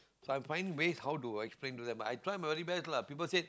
so I find ways how to explain to them I try my very best lah people said